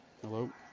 Hello